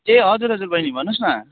ए हजुर हजुर बैनी भन्नुहोस् न